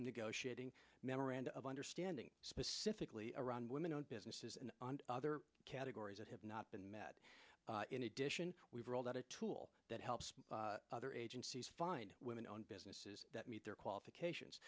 negotiating memoranda of understanding specifically around women owned businesses and other categories that have not been met in addition we've rolled out a tool that helps other agencies find women owned businesses that meet their qualifications